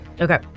Okay